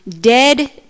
dead